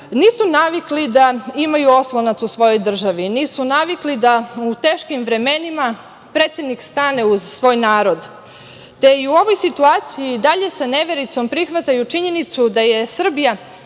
nisu navikli da imaju oslonac u svojoj državi, nisu navikli da u teškim vremenima predsednik stane uz svoj narod. Te se i u ovoj situaciju i dalje sa nevericom prihvataju činjenicu da je Srbija